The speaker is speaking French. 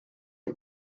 les